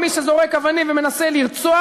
מי שזורק אבנים ומנסה לרצוח,